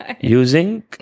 Using